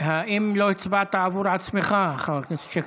האם לא הצבעת עבור עצמך, חבר הכנסת שיקלי?